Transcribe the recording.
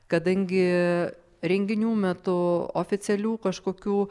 kadangi renginių metu oficialių kažkokių